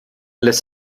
lässt